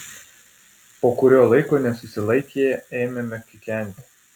po kurio laiko nesusilaikę ėmėme kikenti